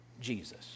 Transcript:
Jesus